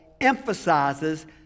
emphasizes